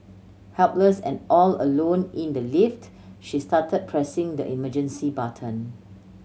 helpless and all alone in the lift she started pressing the emergency button